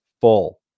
full